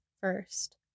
first